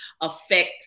affect